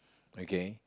okay